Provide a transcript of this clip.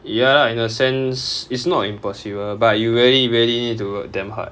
ya lah in a sense it's not impossible but you really really need to work damn hard